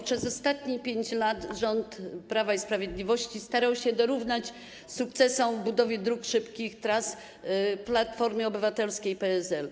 Przez ostatnie 5 lat rząd Prawa i Sprawiedliwości starał się dorównać sukcesom w budowie dróg, szybkich tras Platformie Obywatelskiej i PSL.